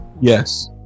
Yes